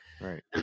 Right